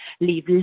leave